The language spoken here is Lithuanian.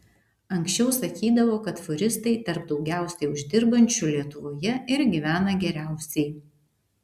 anksčiau sakydavo kad fūristai tarp daugiausiai uždirbančių lietuvoje ir gyvena geriausiai